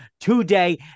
today